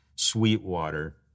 Sweetwater